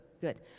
good